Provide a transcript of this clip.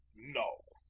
no.